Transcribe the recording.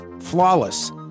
Flawless